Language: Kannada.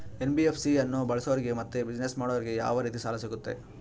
ಎನ್.ಬಿ.ಎಫ್.ಸಿ ಅನ್ನು ಬಳಸೋರಿಗೆ ಮತ್ತೆ ಬಿಸಿನೆಸ್ ಮಾಡೋರಿಗೆ ಯಾವ ರೇತಿ ಸಾಲ ಸಿಗುತ್ತೆ?